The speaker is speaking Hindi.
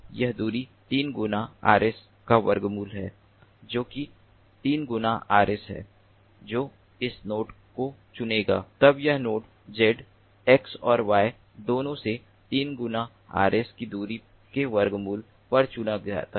तो यह दूरी 3 गुणा Rs का वर्गमूल है जो कि 3 गुना Rs है जो इस नोड को चुनेगा तब यह नोड Z X और Y दोनों से 3 गुना Rs की दूरी के वर्गमूल पर चुना जाता है